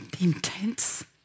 intense